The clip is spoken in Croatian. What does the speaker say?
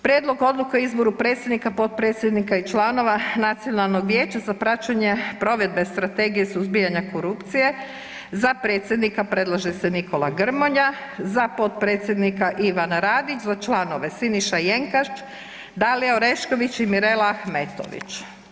Prijedlog odluke o izboru predsjednika, potpredsjednika i članova Nacionalnog vijeća za praćenje provedbe strategije suzbijanja korupcije, za predsjednika predlaže se Nikola Grmoja, za potpredsjednika Ivana Radić, za članove: Siniša Jenkač, Dalija Orešković i Mirela Ahmetović.